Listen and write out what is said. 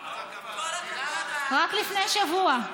רק לפני שבוע.